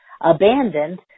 abandoned